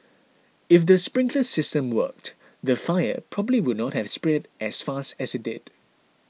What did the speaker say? if the sprinkler system worked the fire probably would not have spread as fast as it did